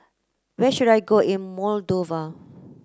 where should I go in Moldova